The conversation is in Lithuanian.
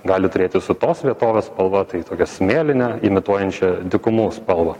gali turėti su tos vietovės spalva tai tokia smėline imituojančia dykumų spalvą